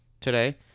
today